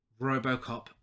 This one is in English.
Robocop